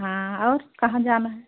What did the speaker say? हाँ और कहाँ जाना है